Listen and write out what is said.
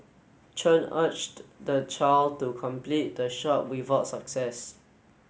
Chen urged the child to complete the shot without success